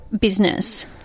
business